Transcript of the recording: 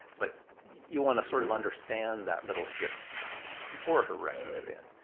but you want to sort of understand that little ship before her wrecking event.